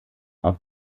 auf